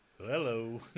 Hello